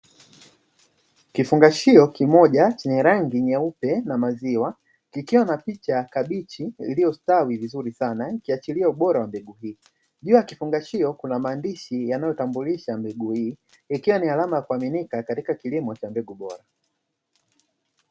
Kifungashio kimoja chenye rangi nyeupe na maziwa kikiwa na picha kabichi iliyostawi vizuri sana ikiashiria ubora wa mbegu hii. Juu ya kifungashio kuna maandishi yanayotambulisha mbegu hii ikiwa ni alama ya kuaminika katika kilimo cha mbegu bora.